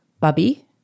bubby